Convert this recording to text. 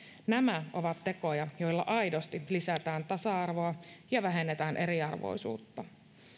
nämä ovat tekoja joilla aidosti lisätään tasa arvoa ja vähennetään eriarvoisuutta